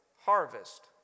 harvest